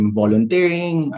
volunteering